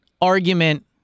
argument